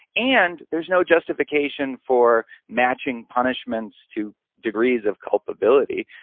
and there's no justification for matching punishments to degrees of culpability.